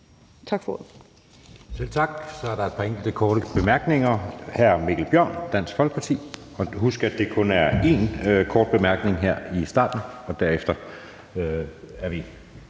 (Jeppe Søe): Selv tak. Der er et par enkelte korte bemærkninger. Hr. Mikkel Bjørn, Dansk Folkeparti. Husk, at det kun er en kort bemærkning her i starten, og derefter går vi